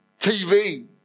TV